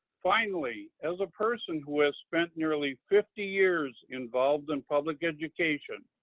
finally, as a person who has spent nearly fifty years involved in public education,